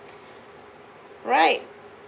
right